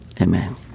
Amen